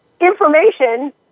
information